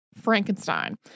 Frankenstein